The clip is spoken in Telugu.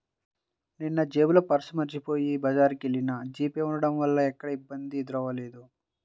నిన్నజేబులో పర్సు మరచిపొయ్యి బజారుకెల్లినా జీపే ఉంటం వల్ల ఎక్కడా ఇబ్బంది ఎదురవ్వలేదు